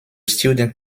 student